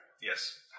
Yes